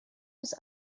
was